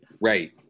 right